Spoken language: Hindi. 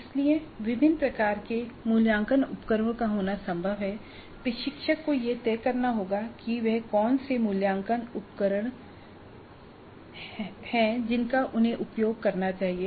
इसलिए विभिन्न प्रकार के मूल्यांकन उपकरणों का होना संभव है प्रशिक्षक को यह तय करना होगा कि वह कौन से मूल्यांकन उपकरण हैं जिनका उन्हें उपयोग करना चाहिए